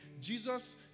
Jesus